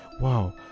Wow